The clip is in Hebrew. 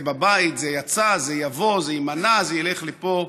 זה בבית, זה יצא, זה יבוא, זה יימנע, זה ילך לפה.